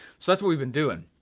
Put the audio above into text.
so that's what we've been doing.